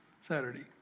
Saturday